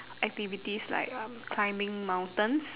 activities like um climbing mountains